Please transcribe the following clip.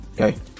Okay